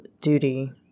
duty